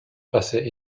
passait